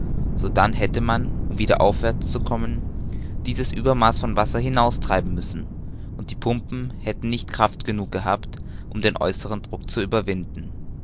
sodann hätte man um wieder aufwärts zu kommen dieses uebermaß von wasser hinaustreiben müssen und die pumpen hätten nicht kraft genug gehabt um den äußeren druck zu überwinden